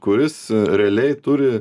kuris realiai turi